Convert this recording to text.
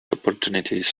opportunities